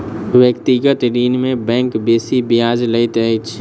व्यक्तिगत ऋण में बैंक बेसी ब्याज लैत अछि